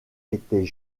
étaient